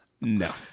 No